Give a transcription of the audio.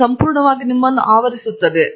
ಅದು ಸಂಪೂರ್ಣವಾಗಿ ನಿಮ್ಮನ್ನು ಆವರಿಸಲಿದೆ